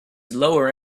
lower